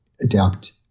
adapt